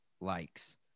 likes